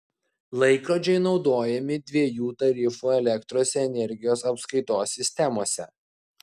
laikrodžiai naudojami dviejų tarifų elektros energijos apskaitos sistemose